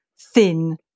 thin